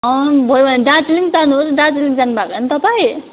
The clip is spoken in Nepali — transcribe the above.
भोयो भने दार्जिलिङ जानुहोस् दार्जिलिङ जानु भएको होइन तपाईँ